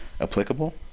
applicable